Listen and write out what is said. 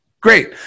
Great